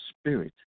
spirit